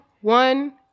one